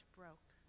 broke